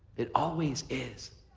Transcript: it always is.